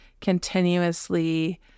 continuously